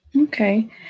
Okay